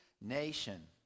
nation